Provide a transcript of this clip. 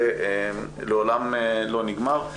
זה לעולם לא נגמר.